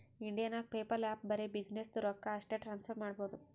India ನಾಗ್ PayPal app ಬರೆ ಬಿಸಿನ್ನೆಸ್ದು ರೊಕ್ಕಾ ಅಷ್ಟೇ ಟ್ರಾನ್ಸಫರ್ ಮಾಡಬೋದು